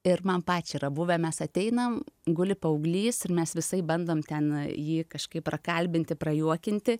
ir man pačiai yra buvę mes ateinam guli paauglys ir mes visaip bandom ten jį kažkaip prakalbinti prajuokinti